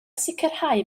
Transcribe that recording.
sicrhau